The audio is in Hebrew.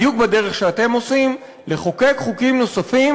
בדיוק בדרך שאתם עושים: לחוקק חוקים נוספים